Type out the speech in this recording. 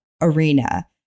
arena